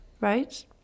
right